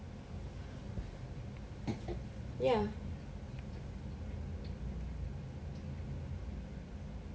ya